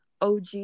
OG